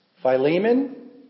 Philemon